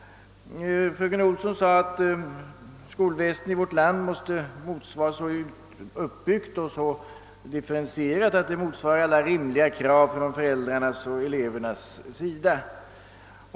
Fröken Olsson sade att skolväsendet i vårt land måste vara så uppbyggt och differentierat att det motsvarar alla rimliga krav från föräldrar och elever.